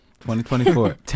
2024